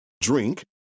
drink